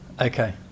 okay